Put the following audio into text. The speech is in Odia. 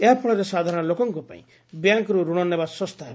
ଏହାଫଳରେ ସାଧାରଶ ଲୋକଙ୍କ ପାଇଁ ବ୍ୟାଙ୍କ୍ରି ରଣ ନେବା ଶସ୍ତା ହେବ